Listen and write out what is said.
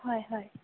হয় হয়